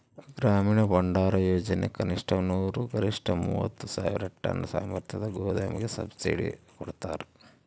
ಗ್ರಾಮೀಣ ಭಂಡಾರಯೋಜನೆ ಕನಿಷ್ಠ ನೂರು ಗರಿಷ್ಠ ಮೂವತ್ತು ಸಾವಿರ ಟನ್ ಸಾಮರ್ಥ್ಯದ ಗೋದಾಮಿಗೆ ಸಬ್ಸಿಡಿ ಕೊಡ್ತಾರ